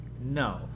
no